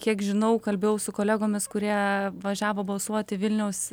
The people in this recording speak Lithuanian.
kiek žinau kalbėjau su kolegomis kurie važiavo balsuoti vilniaus